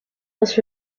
was